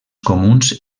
comuns